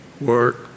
work